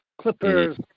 Clippers